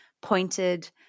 pointed